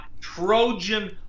Trojan